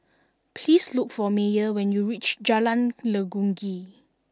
please look for Meyer when you reach Jalan Legundi